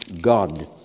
God